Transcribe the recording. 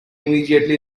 immediately